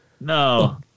No